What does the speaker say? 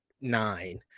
nine